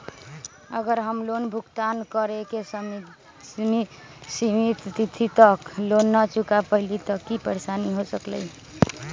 अगर हम लोन भुगतान करे के सिमित तिथि तक लोन न चुका पईली त की की परेशानी हो सकलई ह?